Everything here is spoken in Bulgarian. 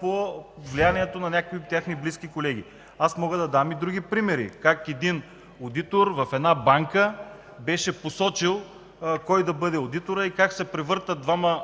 под влиянието на някои техни близки и колеги. Мога да дам и други примери – как един одитор в една банка беше посочил кой да бъде одиторът и как се превъртат двама